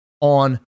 on